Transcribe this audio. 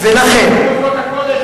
לימודי קודש,